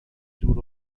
دور